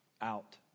out